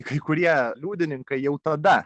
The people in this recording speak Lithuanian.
kai kurie liudininkai jau tada